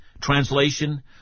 Translation